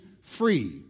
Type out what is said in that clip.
free